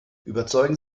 überzeugen